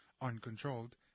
Uncontrolled